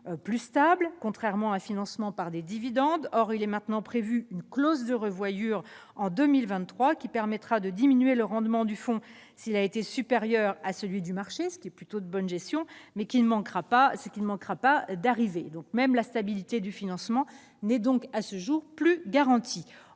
plus stable que ne le permettrait un financement par les dividendes. Or il est maintenant prévu pour 2023 une clause de revoyure qui permettra de diminuer le rendement de ce fonds s'il se révèle supérieur à celui du marché, ce qui est plutôt de bonne gestion, mais ne manquera pas d'arriver. Même la stabilité du financement n'est donc à ce jour plus garantie.